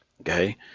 Okay